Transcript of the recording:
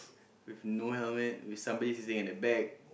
with no helmet with somebody sitting at the back